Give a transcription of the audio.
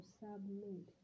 submit